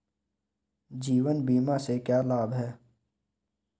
जीवन बीमा से क्या लाभ हैं?